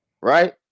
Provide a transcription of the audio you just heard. right